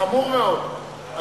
חמור מאוד.